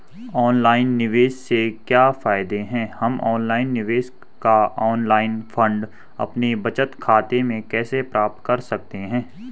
Online निवेश से क्या फायदा है हम निवेश का ऑनलाइन फंड अपने बचत खाते में कैसे प्राप्त कर सकते हैं?